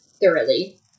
thoroughly